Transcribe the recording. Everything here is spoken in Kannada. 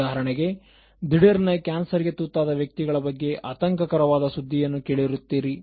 ಉದಾಹರಣೆಗೆ ದಿಡೀರನೆ ಕ್ಯಾನ್ಸರ್ ಗೆ ತುತ್ತಾದ ವ್ಯಕ್ತಿಗಳ ಬಗ್ಗೆ ಆತಂಕ ಕರವಾದ ಸುದ್ದಿಯನ್ನು ಕೇಳಿರುತ್ತೀರಿ